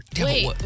Wait